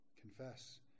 Confess